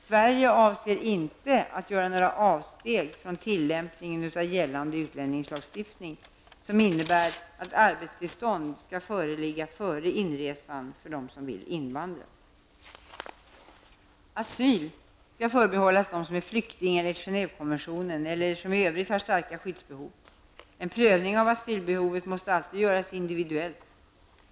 Sverige avser inte att göra avsteg från tillämpning av gällande utlänningslagstiftning som innebär att arbetstillstånd skall föreligga före inresan för dem som vill invandra. Genève-konventionen eller som i övrigt har starka skyddsbehov. En prövning av asylbehovet måste alltid göras individuellt.